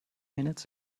minutes